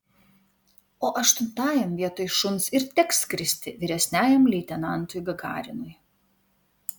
o aštuntajam vietoj šuns ir teks skristi vyresniajam leitenantui gagarinui